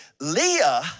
Leah